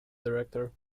director